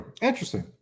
Interesting